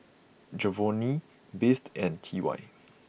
Giovanny Beth and T Y